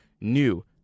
new